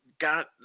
got